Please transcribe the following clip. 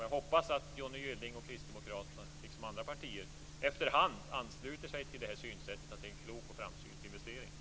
Jag hoppas att Johnny Gylling och kristdemokraterna, liksom andra partier, efter hand ansluter sig till synsättet att detta är en klok och framsynt investering.